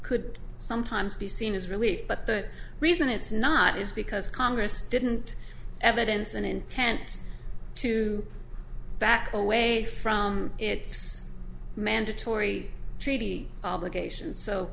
could sometimes be seen as relief but the reason it's not is because congress didn't evidence an intent to back away from its mandatory treaty obligations so